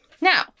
Now